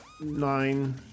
nine